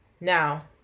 now